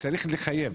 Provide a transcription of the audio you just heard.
צריך לחייב,